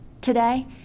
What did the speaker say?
today